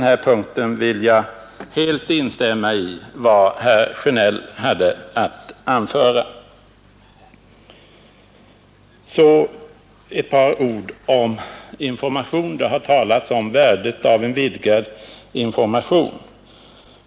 På den punkten vill jag helt instämma i vad herr Sjönell hade att anföra. Så ett par ord om information. Det har talats om värdet av en vidgad information.